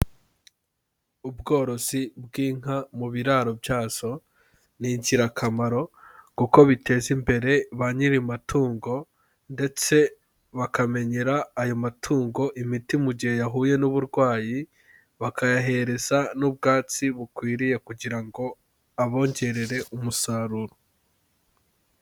Ubworozi bw'inka mu biraro byazo, ni ingirakamaro kuko biteza imbere ba nyirimatungo ndetse bakamenyera ayo matungo imiti mu gihe yahuye n'uburwayi, bakayahereza n'ubwabatsi bukwiriye, kugira ngo abongerere umusaruro.